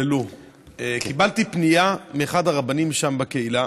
קיבלתי פנייה מאחד הרבנים שם בקהילה.